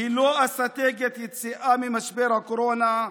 היא לא אסטרטגיית יציאה ממשבר הקורונה,